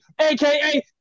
AKA